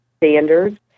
standards